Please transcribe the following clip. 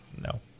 no